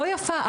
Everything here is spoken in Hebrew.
לא יפה,